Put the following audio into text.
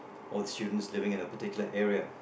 all the students living in a particular area